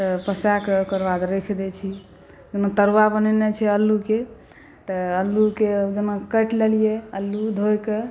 तऽ पसाकऽ ओकर बाद रखि दै छिए कोनो तरुआ बनेनाइ छै अल्लूके तऽ अल्लूके जेना काटि लेलिए अल्लू धोइके